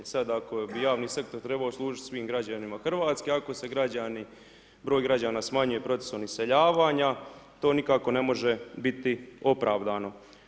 I sada ako bi javni sektor trebao služiti svim građanima Hrvatske, ako se broj građane smanjuje u procesu iseljavanja, to nikako ne može biti opravdano.